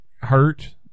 hurt